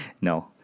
No